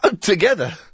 Together